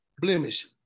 blemish